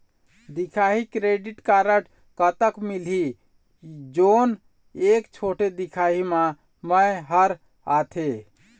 दिखाही credit card कतक मिलही जोन एक छोटे दिखाही म मैं हर आथे?